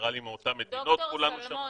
הבי-לטראליים עם אותן מדינות -- דוקטור שלמון,